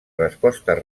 respostes